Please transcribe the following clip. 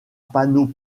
panneaux